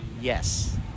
Yes